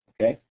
okay